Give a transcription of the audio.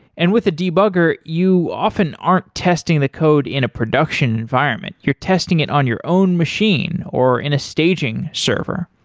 and with the debugger, you often aren't testing the code in a production environment. you're testing it on your own machine or in a staging server.